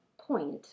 point